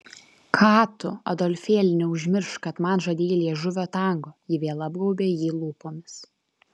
ką tu adolfėli neužmiršk kad man žadėjai liežuvio tango ji vėl apgaubė jį lūpomis